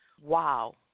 Wow